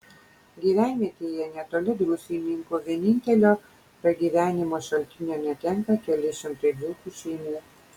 gyvenvietėje netoli druskininkų vienintelio pragyvenimo šaltinio netenka keli šimtai dzūkų šeimų